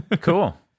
Cool